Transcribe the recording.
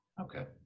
Okay